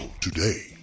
today